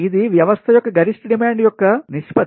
ఇది వ్యవస్థ యొక్క గరిష్ట డిమాండ్ యొక్క నిష్పత్తి